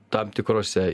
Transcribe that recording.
tam tikrose